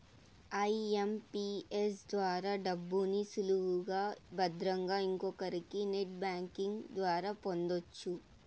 IMPS ద్వారా డబ్బుని సులువుగా భద్రంగా ఇంకొకరికి నెట్ బ్యాంకింగ్ ద్వారా పొందొచ్చు